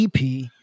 EP